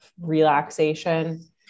relaxation